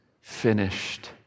finished